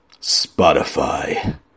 Spotify